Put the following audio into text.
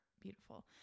beautiful